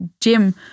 Jim